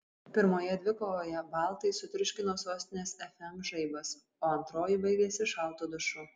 pirmoje dvikovoje baltai sutriuškino sostinės fm žaibas o antroji baigėsi šaltu dušu